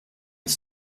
mis